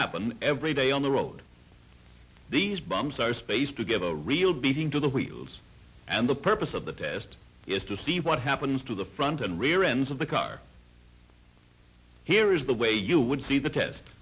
happen every day on the road these bombs are spaced to give a real beating to the wheels and the purpose of the test is to see what happens to the front and rear ends of the car here is the way you would see the test